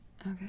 Okay